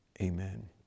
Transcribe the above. amen